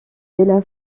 della